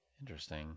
Interesting